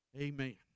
Amen